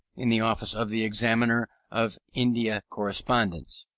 in the office of the examiner of india correspondence,